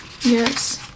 Yes